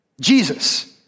Jesus